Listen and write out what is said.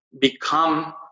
become